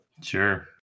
Sure